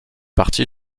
partie